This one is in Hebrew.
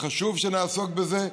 וחשוב שנעסוק בזה,